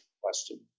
question